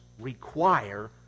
require